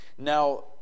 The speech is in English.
Now